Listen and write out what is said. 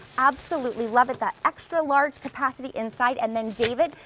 absolutely love it, that extra large capacity inside. and then david,